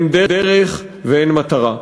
אין דרך ואין מטרה.